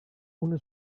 una